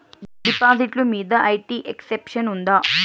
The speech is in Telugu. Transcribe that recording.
డిపాజిట్లు మీద ఐ.టి ఎక్సెంప్షన్ ఉందా?